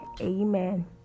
Amen